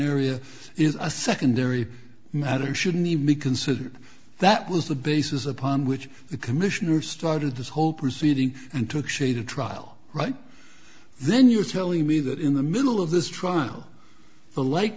area is a secondary matter shouldn't even be considered that was the basis upon which the commissioner started this whole proceeding and to create a trial right then you're telling me that in the middle of this trial the lake